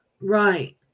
Right